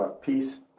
peace